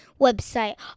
website